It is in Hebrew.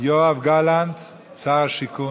יואב גלנט, שר השיכון.